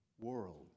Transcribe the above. world